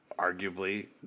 arguably